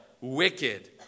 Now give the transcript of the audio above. wicked